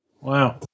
Wow